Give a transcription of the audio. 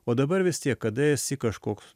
o dabar vis tiek kada esi kažkoks